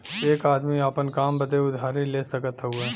एक आदमी आपन काम बदे उधारी ले सकत हउवे